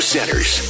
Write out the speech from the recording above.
Centers